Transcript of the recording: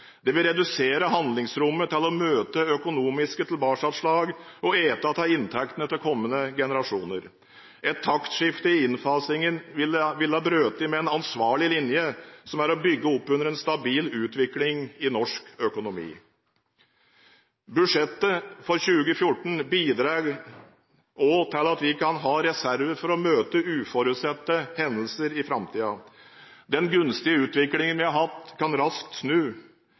Det vil redusere handlingsrommet til å møte økonomiske tilbakeslag og spise av inntektene til kommende generasjoner. Et taktskifte i innfasingen ville ha brutt med en ansvarlig linje, som er å bygge opp under en stabil utvikling i norsk økonomi. Budsjettet for 2014 bidrar òg til at vi kan ha reserverer for å møte uforutsette hendelser i framtiden. Den gunstige utviklingen vi har hatt, kan raskt snu.